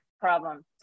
problem